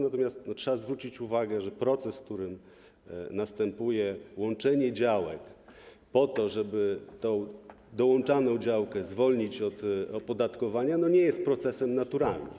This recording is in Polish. Natomiast trzeba zwrócić uwagę, że proces, w którym następuje łączenie działań po to, żeby dołączaną działkę zwolnić od opodatkowania, nie jest procesem naturalnym.